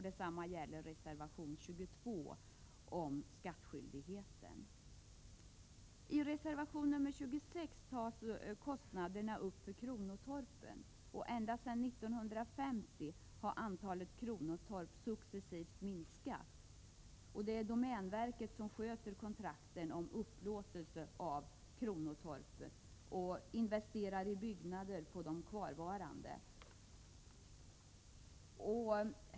Detsamma gäller reservation 22 om skattskyldigheten. I reservation 26 tas kostnaderna för kronotorpen upp. Antalet kronotorp har successivt minskat sedan 1950. Domänverket sköter kontrakten om upplåtelse av kronotorp. Verket investerar också i byggnader på de kvarvarande torpen.